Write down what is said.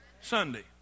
Sunday